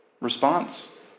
response